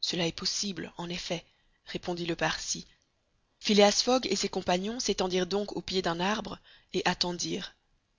cela est possible en effet répondit le parsi phileas fogg et ses compagnons s'étendirent donc au pied d'un arbre et attendirent